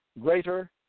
Greater